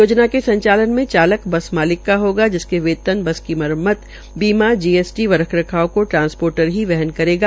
योजना के संचालन में चालक बस मालिक का होगा जिसके वेतन बस की मरम्मत बीमा जीएसटी व रख रखाव को ट्रांसपोर्ट ही वहन करेगा